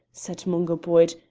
said mungo boyd,